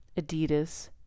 Adidas